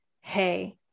hey